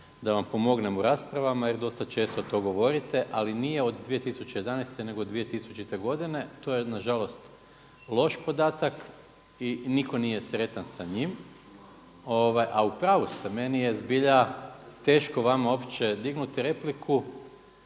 da vam pomognemo u raspravama jer dosta često to govorite, ali nije od 2011. nego od 2000. godine. To je na žalost loš podatak i nitko nije sretan sa njim. A u pravu ste, meni je zbilja teško vama uopće dignut repliku